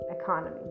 economy